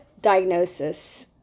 diagnosis